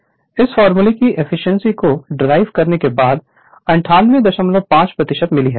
Refer Slide Time 0142 इस फार्मूले की एफिशिएंसी को ड्राइव करने के बाद 985 मिली है